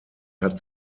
hat